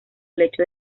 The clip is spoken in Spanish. lecho